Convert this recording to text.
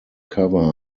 cover